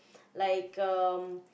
like um